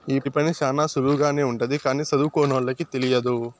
ఈ పని శ్యానా సులువుగానే ఉంటది కానీ సదువుకోనోళ్ళకి తెలియదు